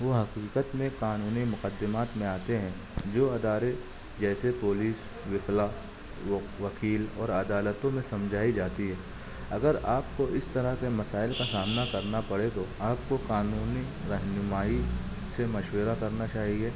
وہ حقیقت میں قانونی مقدمات میں آتے ہیں جو ادارے جیسے پولیس وکلا ووکیل اور عدالتوں میں سمجھائی جاتی ہے اگر آپ کو اس طرح کے مسائل کا سامنا کرنا پڑے تو آپ کو قانونی رہنمائی سے مشورہ کرنا چاہیے